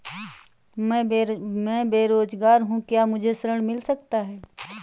मैं बेरोजगार हूँ क्या मुझे ऋण मिल सकता है?